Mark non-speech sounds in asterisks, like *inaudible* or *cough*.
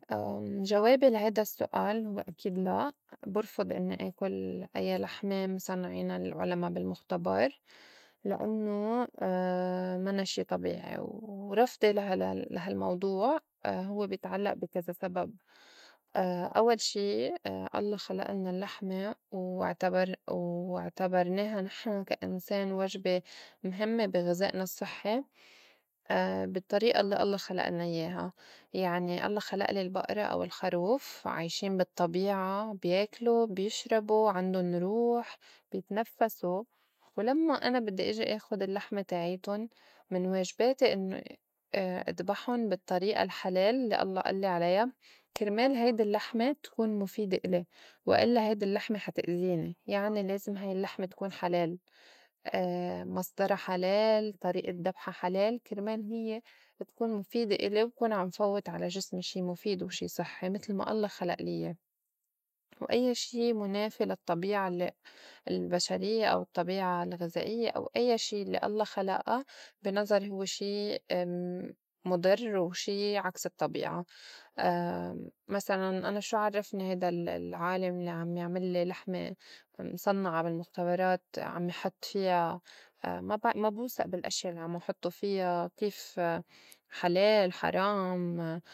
*hesitation* جوابي لهيدا السّؤال هوّ أكيد لأ برفُض إنّي آكُل أيّا لحمة مصنعينا العُلما بالمُختبر لإنّو *hesitation* منّا شي طبيعي، ورفضي لا- لهال- لا هالموضوع هوّ بيتعلّئ بي كذا سبب: *hesitation* أوّل شي الله خلقلنا اللّحمة واعتبر- واعتبرناها نحن كا إنسان وجبة مهمّة بي غِذائنا الصحّي *hesitation* بالطّريقة الّي الله خلقلنا إياها. يعني الله خلقلي البقرة أو الخاروف عايشين بالطبيعة بياكلو، بيشربو، عندن روح، بيتنفّسو، ولمّا أنا بدّي إجي آخُد اللّحمة تاعيتُن من واجباتي إنّو *hesitation* أدبحُن بالطّريقة الحلال الّي الله ألّي عليا كرمال هيدي اللّحمة تكون مُفيدة إلي و إلّا هيدي اللّحمة حتأزيني. يعني لازم هاي اللّحمة تكون حلال، *hesitation* مصْدرا حلال، طريقة دبحا حلال، كرمال هيّ تكون مُفيدة إلي وبكون عم فوّت على جسمي شي مُفيد وشي صحّي متل ما الله خلقلي ياه. و أيّا شي مُنافي للطّبيعة ال- البشريّة أو الطّبيعة الغِذائيّة أو أيّا شي الّي الله خلقا بي نظري هوّ شي *hesitation* مُضر وشي عكس الطّبيعة. *hesitation* مسلاً أنا شو عرّفني هيدا ال- العالم الّي عم يعملّي لحمة مْصنّعة بالمُختبرات عم يحُط فيا ما- بو- ما بوسئ بالإشيا اللّي عم يحطّوا فيا كيف حلال حرام.